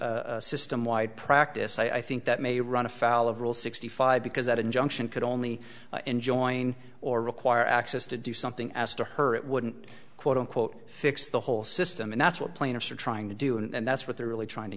on a system wide practice i think that may run afoul of rule sixty five because that injunction could only enjoying or require access to do something as to her it wouldn't quote unquote fix the whole system and that's what plaintiffs are trying to do and that's what they're really trying to